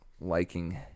liking